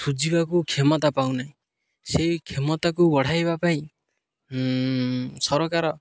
ଶୁଝିବାକୁ କ୍ଷମତା ପାଉନାହିଁ ସେଇ କ୍ଷମତାକୁ ବଢ଼ାଇବା ପାଇଁ ସରକାର